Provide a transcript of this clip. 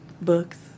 Books